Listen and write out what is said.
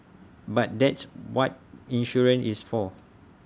but that's what insurance is for